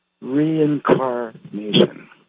reincarnation